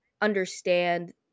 understand